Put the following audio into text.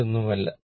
മറ്റൊന്നുമല്ല